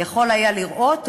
יכול היה לראות,